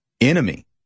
enemy